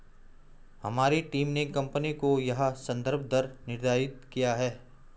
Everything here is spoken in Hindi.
हमारी टीम ने कंपनी का यह संदर्भ दर निर्धारित किया है